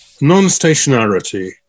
non-stationarity